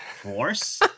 force